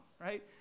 right